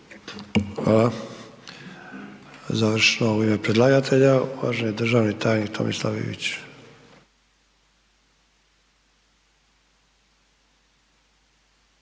Hvala. Završno u ime predlagatelja, uvaženi državni tajnik Tomislav Ivić.